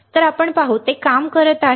तर आपण पाहू ते काम करत आहे